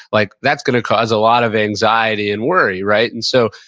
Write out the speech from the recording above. like that's going to cause a lot of anxiety and worry, right? and so,